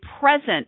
present